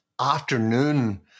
afternoon